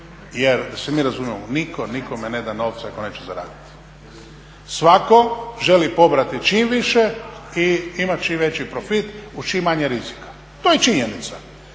jer da se mi razumijemo nitko nikome neda novce ako neće zaraditi. Svatko želi pobrati čim više i ima čim veći profit uz čim manje rizika. To je činjenica.